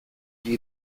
gli